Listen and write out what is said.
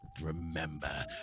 Remember